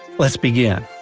let's begin!